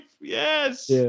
Yes